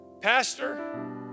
pastor